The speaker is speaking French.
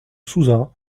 souza